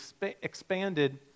expanded